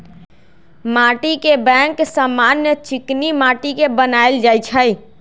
माटीके बैंक समान्य चीकनि माटि के बनायल जाइ छइ